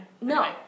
No